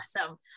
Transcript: Awesome